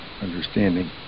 Understanding